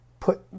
put